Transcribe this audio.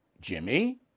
Jimmy